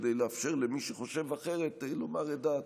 כדי לאפשר למי שחושב אחרת לומר את דעתו,